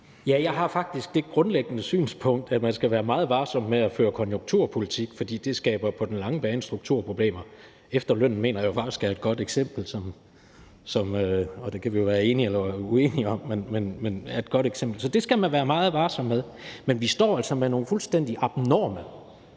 Jeg har faktisk det grundlæggende synspunkt, at man skal være meget varsom med at føre konjunkturpolitik, fordi det på den lange bane skaber strukturproblemer. Efterlønnen mener jeg jo faktisk er et godt eksempel – og det kan vi være enige eller uenige om. Så det skal man være meget varsom med. Men vi står altså med nogle fuldstændig abnorme